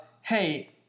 hey